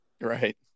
Right